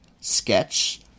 sketch